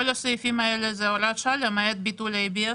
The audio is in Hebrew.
כל הסעיפים האלה הם הוראת שעה למעט ביטוח ה-ABS.